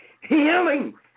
Healing